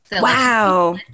Wow